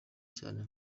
cyane